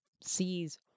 sees